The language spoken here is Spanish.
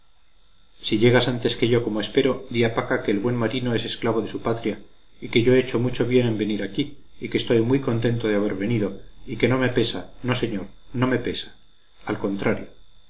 si llegas antes que yo como espero di a paca que el buen marino es esclavo de su patria y que yo he hecho muy bien en venir aquí y que estoy muy contento de haber venido y que no me pesa no señor no me pesa al contrario